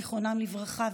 זיכרונן לברכה,